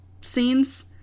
scenes